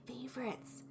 favorites